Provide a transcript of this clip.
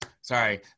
Sorry